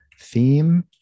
theme